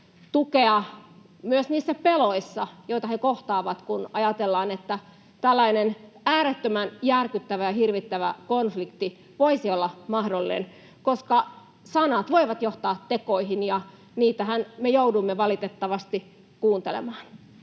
tukea myös niissä peloissa, joita he kohtaavat, kun ajatellaan, että tällainen äärettömän järkyttävä ja hirvittävä konflikti voisi olla mahdollinen, koska sanat voivat johtaa tekoihin ja niitähän me joudumme valitettavasti kuuntelemaan?